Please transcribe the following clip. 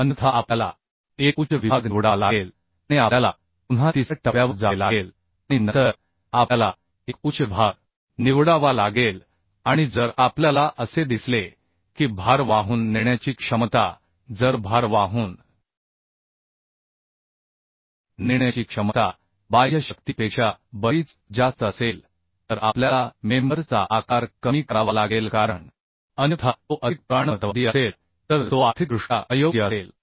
अन्यथा आपल्याला एक उच्च विभाग निवडावा लागेल आणि आपल्याला पुन्हा तिसऱ्या टप्प्यावर जावे लागेल आणि नंतर आपल्याला एक उच्च विभाग वाहून नेण्याची क्षमता बाह्य शक्तीपेक्षा बरीच जास्त असेल तर आपल्याला मेंबर चा आकार कमी करावा लागेल कारण अन्यथा तो अधिक पुराणमतवादी असेल तर तो आर्थिकदृष्ट्या अयोग्य असेल